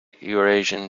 eurasian